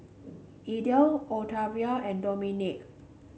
Idell Octavia and Dominik